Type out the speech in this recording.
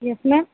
yes ma'am